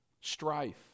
strife